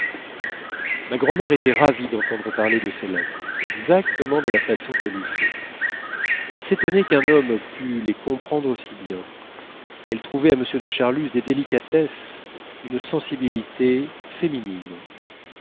ma grand'mère était ravie d'entendre parler de ces lettres exactement de la façon qu'elle eût fait elle s'étonnait qu'un homme pût les comprendre si bien elle trouvait à m de charlus des délicatesses une sensibilité féminines